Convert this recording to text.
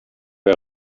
bei